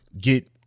get